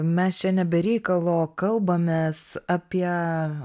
mes čia ne be reikalo kalbamės apie